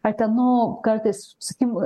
ar ten nu kartais sukimb